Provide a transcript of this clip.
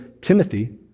Timothy